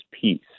peace